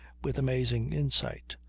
with amazing insight.